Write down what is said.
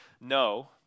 No